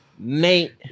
Mate